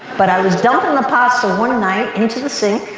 but i was dumping the pasta one night into the sink